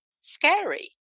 scary